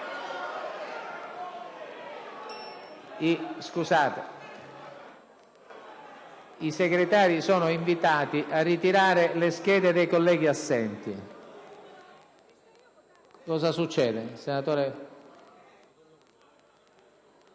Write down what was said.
Segretari sono invitati a ritirare le schede dei colleghi assenti. (Il *senatore